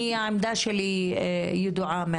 העמדה שלי על הרשות ידועה.